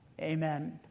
Amen